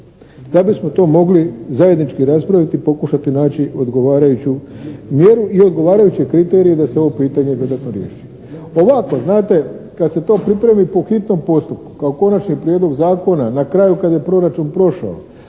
da bismo to mogli zajednički raspraviti i pokušati naći odgovarajuću mjeru i odgovarajuće kriterije da se ovo pitanje dodatno riješi. Ovako znate, kad se to pripremi po hitnom postupku kao konačni prijedlog zakona, na kraju kad je proračun prošao